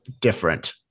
different